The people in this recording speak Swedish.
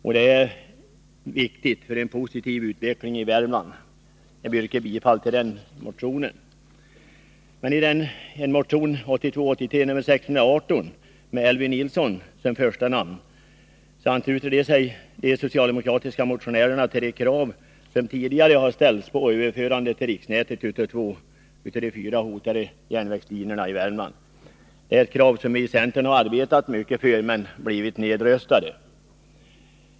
Detta är viktigt för en positiv utveckling i Värmland. Jag yrkar bifall till den motionen. I motion 1982/83:618 med Elvy Nilsson som första namn ansluter sig de socialdemokratiska motionärerna till de krav som tidigare har ställts på överförande till riksnätet av två av de fyra hotade järnvägslinjerna i Värmland. Det är ett krav som vi i centern har arbetat för, men vi har blivit nedröstade.